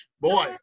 Boy